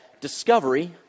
Discovery